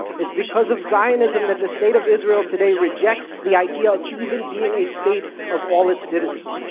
it's because of zionism that the state of israel today rejects the idea of even being a state of all its citizens,